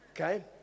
Okay